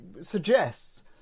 suggests